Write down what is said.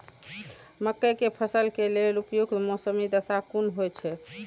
मके के फसल के लेल उपयुक्त मौसमी दशा कुन होए छै?